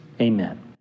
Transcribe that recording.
Amen